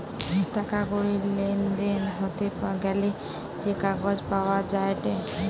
টাকা কড়ির লেনদেন হতে গ্যালে যে কাগজ পাওয়া যায়েটে